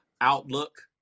outlook